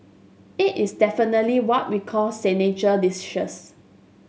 it is definitely what we call signature